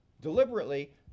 deliberately